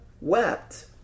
wept